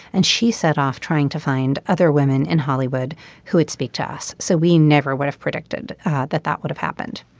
and she set off trying to find other women in hollywood who would speak to us. so we never would have predicted that that would've happened